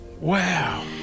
Wow